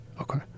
okay